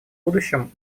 будущем